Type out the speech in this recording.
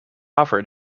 offered